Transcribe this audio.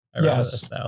Yes